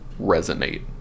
resonate